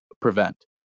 prevent